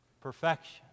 perfection